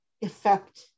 effect